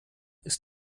ist